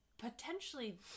Potentially